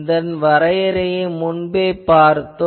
இதன் வரையறையை முன்பே பார்த்தோம்